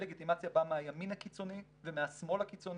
הדה-לגיטימציה באה מהימין הקיצוני ומהשמאל הקיצוני,